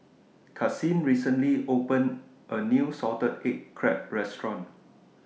Karsyn recently opened A New Salted Egg Crab Restaurant